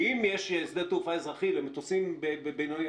ואם יש שדה תעופה אזרחי למטוסים בינוניים,